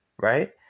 right